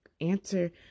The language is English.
answer